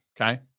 okay